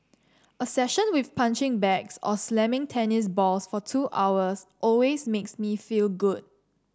a session with punching bags or slamming tennis balls for two hours always makes me feel good